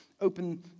Open